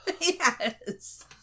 yes